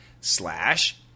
slash